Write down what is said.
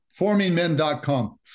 formingmen.com